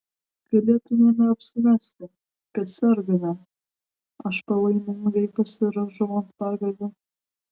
galėtumėme apsimesti kad sergame aš palaimingai pasirąžau ant pagalvių